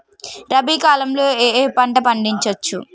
రబీ కాలంలో ఏ ఏ పంట పండించచ్చు?